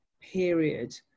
period